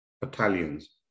battalions